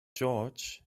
george’s